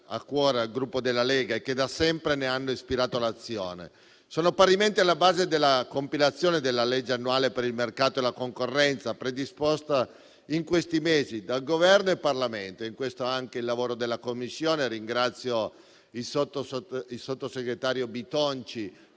a cuore al Gruppo Lega e che da sempre ne hanno ispirato l'azione - sono parimenti alla base della compilazione della legge annuale per il mercato e la concorrenza, predisposta in questi mesi da Governo e Parlamento. Da questo punto di vista sottolineo anche il lavoro della Commissione. Ringrazio il sottosegretario Bitonci